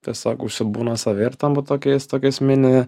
tiesiog užsibūna savy ir tampa tokiais tokias mini